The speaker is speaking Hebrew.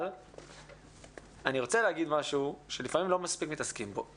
אני רוצה להגיד משהו שלפעמים לא מספיק מתעסקים בו.